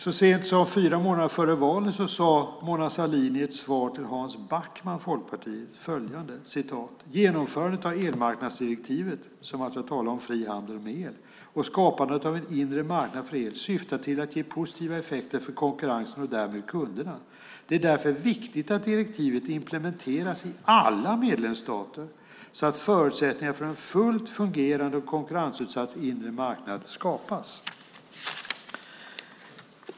Så sent som fyra månader före valet sade Mona Sahlin i ett svar till Hans Backman, Folkpartiet: Genomförandet av elmarknadsdirektivet, som alltså talar om fri handel med el, och skapandet av en inre marknad för el syftar till att ge positiva effekter för konkurrensen och därmed kunderna. Det är därför viktigt att direktivet implementeras i alla medlemsstater så att förutsättningar för en fullt fungerande och konkurrensutsatt inre marknad skapas.